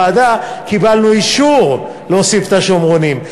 ואכן, בוועדה קיבלנו אישור להוסיף את השומרונים.